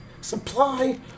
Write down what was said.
Supply